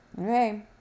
Okay